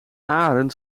arend